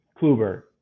Kluber